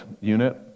unit